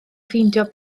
ffeindio